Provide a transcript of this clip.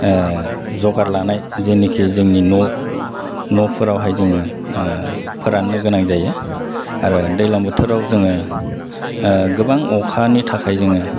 जगार लानाय जेनाखि जोंनि न' न'फोरावहाय जोङो फोराननो गोनां जायो आरो दैज्लां बोथोराव जोङो गोबां अखानि थाखाय जोङो